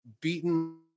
beaten